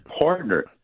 partner